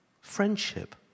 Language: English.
friendship